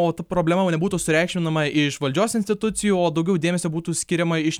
o ta problema nebūtų sureikšminama iš valdžios institucijų o daugiau dėmesio būtų skiriama iš